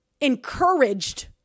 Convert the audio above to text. encouraged